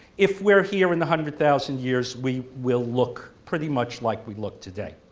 if we're here in a hundred thousand years we will look pretty much like we look today.